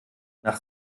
nach